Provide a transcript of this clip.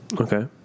Okay